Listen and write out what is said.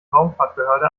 raumfahrtbehörde